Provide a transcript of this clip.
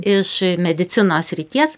iš medicinos srities